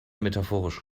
metaphorisch